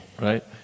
Right